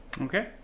Okay